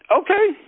okay